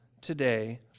today